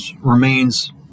remains